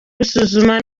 gusuzuma